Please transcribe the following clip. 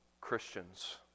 Christians